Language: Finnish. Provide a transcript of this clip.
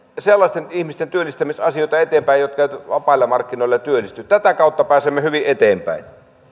sellaisten ihmisten työllistämisasioita eteenpäin jotka eivät vapaille markkinoille työllisty tätä kautta pääsemme hyvin eteenpäin